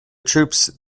troops